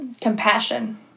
compassion